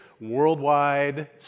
worldwide